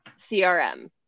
CRM